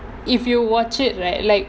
if you watch it right like